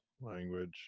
language